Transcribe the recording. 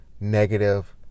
negative